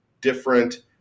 different